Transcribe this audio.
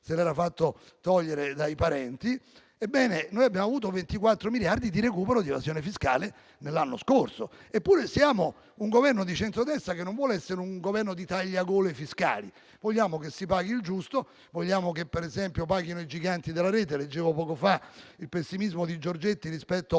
nel corso dello scorso anno, abbiamo avuto 24 miliardi di recupero di evasione fiscale. Eppure siamo un Governo di centrodestra che non vuole essere un governo di tagliagole fiscali; vogliamo che si paghi il giusto, vogliamo che, per esempio, paghino i giganti della rete. Leggevo poco fa il pessimismo di Giorgetti rispetto